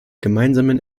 gemeinsamen